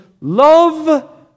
love